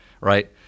right